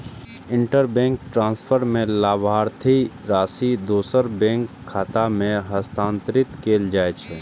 interbank transfer मे लाभार्थीक राशि दोसर बैंकक खाता मे हस्तांतरित कैल जाइ छै